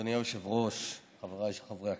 אדוני היושב-ראש, חבריי חברי הכנסת,